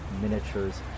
miniatures